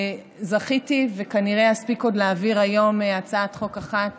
זכיתי וכנראה אספיק עוד להעביר היום הצעת חוק אחת